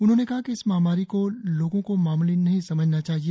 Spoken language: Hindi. उन्होंने कहा कि इस महामारी को लोगों को मामूली नहीं समझना चाहिए